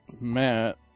Matt